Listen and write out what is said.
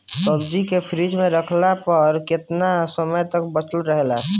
सब्जी के फिज में रखला पर केतना समय तक बचल रहेला?